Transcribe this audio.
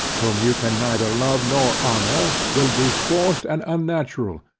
whom you can neither love nor honour will be forced and unnatural,